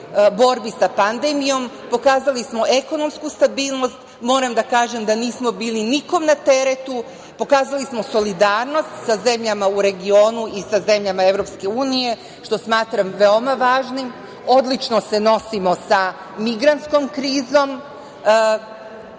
borbi sa pandemijom. Pokazali smo ekonomsku stabilnost. Moram da kažem da nismo bili nikome na teretu. Pokazali smo solidarnost za zemljama u regionu sa zemljama EU, što smatram veoma važnim. Odlično se nosimo sa migrantskom